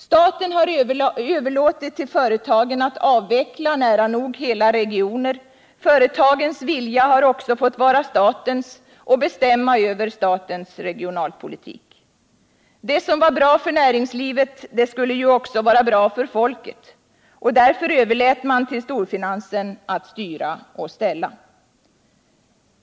Staten har överlåtit till företagen att avveckla nära nog hela regioner. Företagens vilja har också fått vara statens och bestämma över statens regionalpolitik. Det som varit bra för näringslivet skulle ju också vara bra för folket, och därför överlät man till storfinansen att styra och ställa.